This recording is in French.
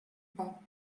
pas